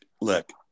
look